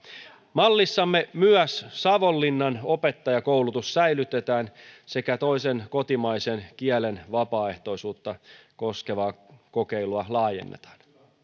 mallissamme myös savonlinnan opettajakoulutus säilytetään sekä toisen kotimaisen kielen vapaaehtoisuutta koskevaa kokeilua laajennetaan